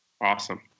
awesome